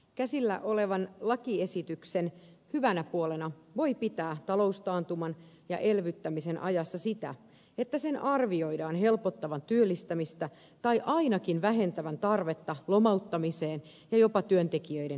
käsillä olevan lakiesityksen hyvänä puolena voi pitää taloustaantuman ja elvyttämisen ajassa sitä että sen arvioidaan helpottavan työllistämistä tai ainakin vähentävän tarvetta lomauttamiseen ja jopa työntekijöiden irtisanomiseen